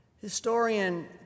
Historian